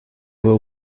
were